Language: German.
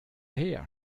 her